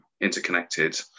interconnected